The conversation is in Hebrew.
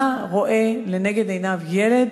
מה רואה לנגד עיניו ילד